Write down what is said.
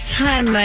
time